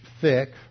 thick